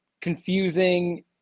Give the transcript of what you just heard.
confusing